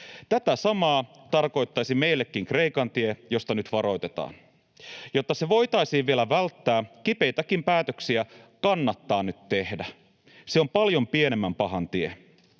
Tätä samaa tarkoittaisi Kreikan tie, josta nyt varoitetaan. Jotta se voitaisiin vielä välttää, kipeitäkin päätöksiä kannattaa nyt tehdä. Se on paljon pienemmän pahan tie.